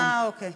אה, אוקיי.